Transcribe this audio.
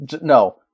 no